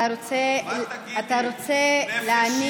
אתה רוצה להעניק,